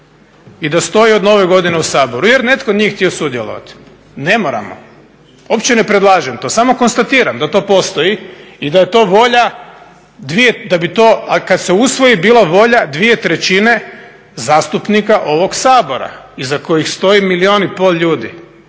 i da stoji od Nove godine u Saboru jer netko nije htio sudjelovati. Ne moramo, uopće ne predlažem to, samo konstatiram da to postoji i da je to volja, i da bi to kad se usvoji bila volja dvije trećine zastupnika ovog Sabora iza kojih stoji milijun i pol ljudi,